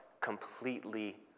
completely